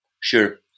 Sure